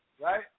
right